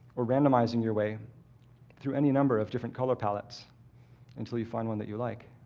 or randomizing your way through any number of different color palettes until you find one that you like.